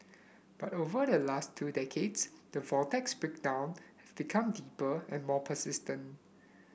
but over the last two decades the vortex's breakdown become deeper and more persistent